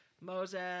Moses